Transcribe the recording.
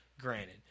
granted